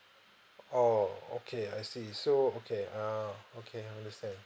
oh okay I see so okay uh okay I understand